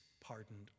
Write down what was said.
pardoned